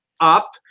up